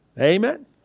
Amen